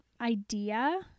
idea